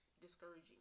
discouraging